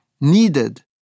needed